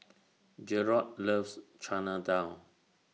Jerrod loves Chana Dal